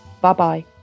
Bye-bye